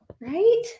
right